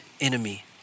enemy